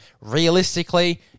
Realistically